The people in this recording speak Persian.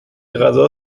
غذا